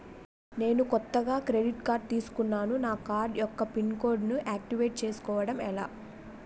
నేను కొత్తగా credit card తిస్కున్నా నా కార్డ్ యెక్క పిన్ కోడ్ ను ఆక్టివేట్ చేసుకోవటం ఎలా?